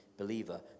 believer